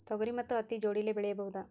ತೊಗರಿ ಮತ್ತು ಹತ್ತಿ ಜೋಡಿಲೇ ಬೆಳೆಯಬಹುದಾ?